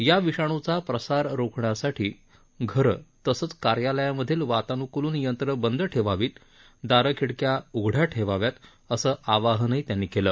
या विषाणूचा प्रसार रोखण्यासाठी घरं तसंच कार्यालयांमधली वातान्क्लन यंत्र बंद ठेवावी दारं खिडक्या उघड्या ठेवाव्यात असं आवाहनही त्यांनी केलं